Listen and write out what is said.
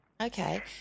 Okay